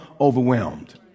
overwhelmed